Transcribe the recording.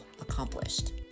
accomplished